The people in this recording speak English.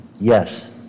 Yes